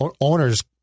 owners